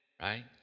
Right